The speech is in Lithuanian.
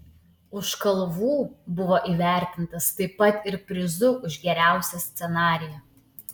už kalvų buvo įvertintas taip pat ir prizu už geriausią scenarijų